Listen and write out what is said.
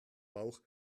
bauch